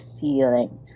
feeling